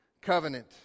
covenant